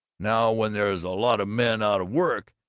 now, when there's a lot of men out of work,